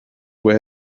where